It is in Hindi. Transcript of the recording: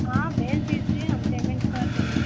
हाँ भेज दीजिए हम पेमेंट कर देंगे